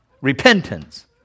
repentance